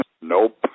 Nope